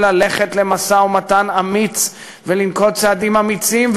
ללכת למשא-ומתן אמיץ ולנקוט צעדים אמיצים.